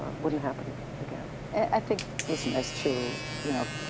wouldn't happen again. and i think, listen, as to, you know,